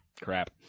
Crap